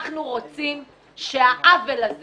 אנחנו רוצים שהעוול הזה